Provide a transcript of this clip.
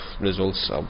results